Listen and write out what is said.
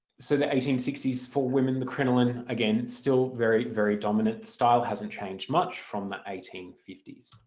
so the eighteen sixty s for women, the crinoline again still very very dominant, the style hasn't changed much from the eighteen fifty s.